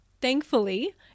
thankfully